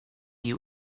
you